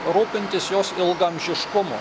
rūpintis jos ilgaamžiškumu